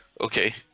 Okay